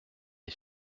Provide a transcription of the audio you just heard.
est